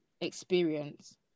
experience